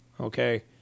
Okay